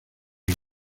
los